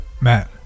Matt